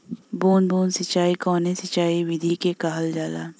बूंद बूंद सिंचाई कवने सिंचाई विधि के कहल जाला?